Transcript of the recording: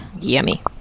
Yummy